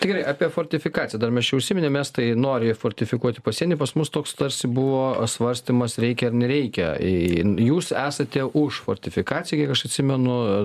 tikrai apie fortifikaciją dar mes čia užsiminėme estai nori fortifikuoti pasienį pas mus toks tarsi buvo svarstymas reikia ar nereikia jūs esate už fortifikaciją kiek aš atsimenu